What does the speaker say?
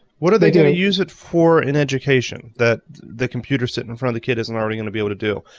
what are they gonna use it for in education, that the computer sitting in front of the kid isn't already gonna be able to do?